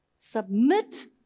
submit